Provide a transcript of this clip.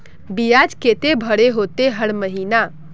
बियाज केते भरे होते हर महीना?